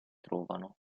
trovano